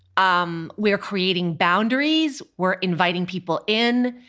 um we're creating boundaries. we're inviting people in.